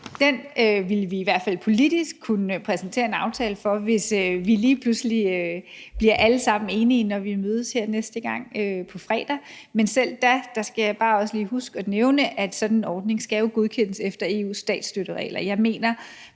ville vi i hvert fald politisk kunne præsentere en aftale for, hvis vi alle sammen lige pludselig bliver enige, når vi mødes her næste gang på fredag. Men selv da – det skal jeg også bare lige huske at nævne – skal sådan en ordning jo godkendes efter EU's statsstøtteregler. Jeg mener,